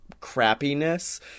crappiness